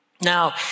Now